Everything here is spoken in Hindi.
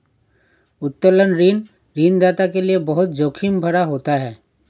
उत्तोलन ऋण ऋणदाता के लये बहुत जोखिम भरा होता है